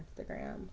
Instagram